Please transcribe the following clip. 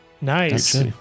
Nice